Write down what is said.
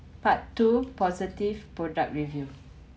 part two positive product review